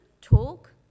talk